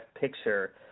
picture